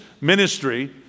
ministry